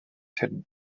hidden